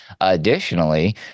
additionally